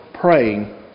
praying